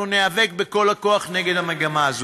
אנחנו ניאבק בכל הכוח נגד המגמה הזאת.